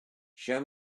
show